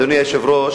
אדוני היושב-ראש,